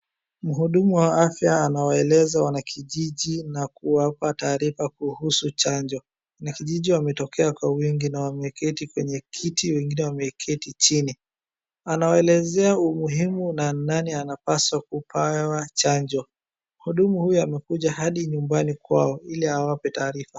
Mhudumu wa afya anawaeleza wanakijiji na kuwapa taarifa kuhusu chanjo, wanakijiji wametokea kwa wingi na wameketi kwenye kiti wengine wameketi chini, anawaelezea umuhimu na nani anapaswa kupewa chanjo, mhudumu huyu amekuja hadi nyumbani kwao ili awape taarifa.